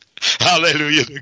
hallelujah